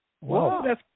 Wow